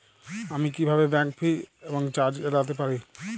আমি কিভাবে bank fee এবং চার্জ এড়াতে পারি?